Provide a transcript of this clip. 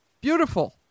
beautiful